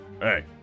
Hey